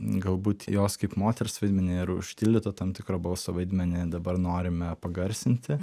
galbūt jos kaip moters vaidmenį ir užtildyto tam tikro balso vaidmenį dabar norime pagarsinti